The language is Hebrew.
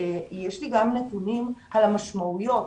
יש לי גם נתונים על המשמעויות.